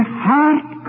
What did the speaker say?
heart